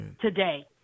today